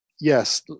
Yes